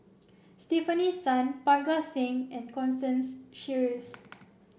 Stefanie Sun Parga Singh and Constance Sheares